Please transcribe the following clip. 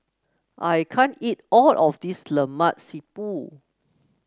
I can't eat all of this Lemak Siput